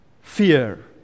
Fear